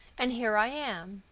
and here i am.